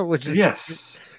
Yes